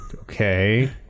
Okay